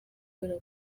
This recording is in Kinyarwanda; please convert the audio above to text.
kubera